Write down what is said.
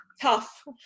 Tough